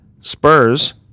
Spurs